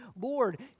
Lord